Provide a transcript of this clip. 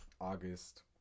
August